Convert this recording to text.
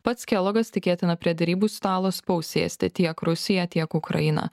pats kelogas tikėtina prie derybų stalo spaus sėsti tiek rusiją tiek ukrainą